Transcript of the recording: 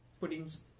puddings